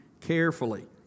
carefully